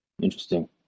Interesting